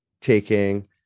taking